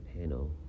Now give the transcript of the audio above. panel